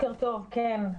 בוקר טוב, כן.